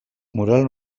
mural